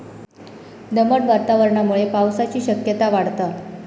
दमट वातावरणामुळे पावसाची शक्यता वाढता